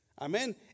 Amen